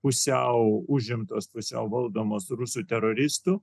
pusiau užimtos pusiau valdomos rusų teroristų